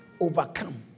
overcome